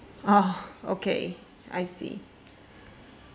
oh okay I see